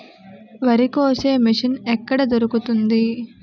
వరి కోసే మిషన్ ఎక్కడ దొరుకుతుంది?